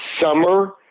summer